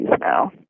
now